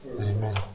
Amen